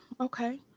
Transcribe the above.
okay